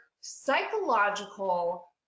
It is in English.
psychological